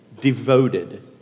devoted